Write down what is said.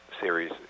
series